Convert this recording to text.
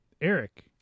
Eric